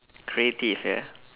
creative ya